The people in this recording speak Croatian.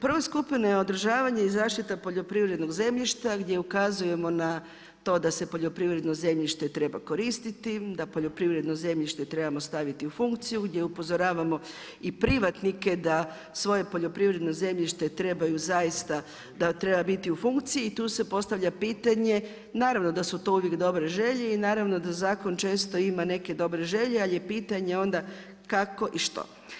Prva skupina je održavanje i zaštita poljoprivrednog zemljišta, gdje ukazujemo na to da se poljoprivredno zemljište treba koristiti, da poljoprivredno zemljište trebamo staviti u funkciju, gdje upozoravamo i privatnike da svoje poljoprivredno zemljište trebaju zaista, da treba biti u funkciji i tu se postavlja pitanje, naravno da su to uvijek dobre želje i naravno da zakon često ima neke dobre želje, ali je pitanje onda kako i što.